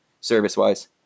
service-wise